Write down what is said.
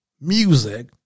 music